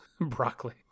Broccoli